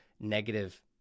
negative